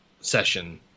session